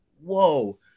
Whoa